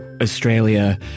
Australia